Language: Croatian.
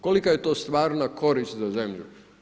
Kolika je to stvarna korist za zemlju?